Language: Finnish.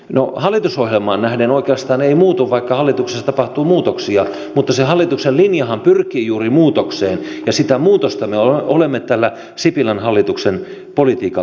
no hallitusohjelmaan nähden oikeastaan ei muutu vaikka hallituksessa tapahtuu muutoksia mutta se hallituksen linjahan pyrkii juuri muutokseen ja sitä muutosta me olemme tällä sipilän hallituksen politiikka